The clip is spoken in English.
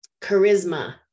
charisma